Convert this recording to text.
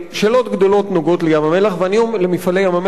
שאלות גדולות נוגעות ל"מפעלי ים-המלח",